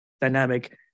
dynamic